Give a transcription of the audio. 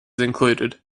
included